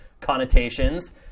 connotations